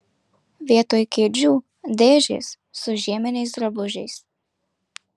vietoj kėdžių dėžės su žieminiais drabužiais